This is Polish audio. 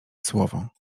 słowo